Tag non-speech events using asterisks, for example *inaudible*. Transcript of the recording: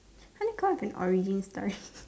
how do you come up with an origin story *breath*